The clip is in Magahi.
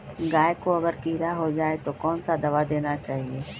गाय को अगर कीड़ा हो जाय तो कौन सा दवा देना चाहिए?